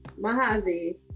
Mahazi